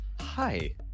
Hi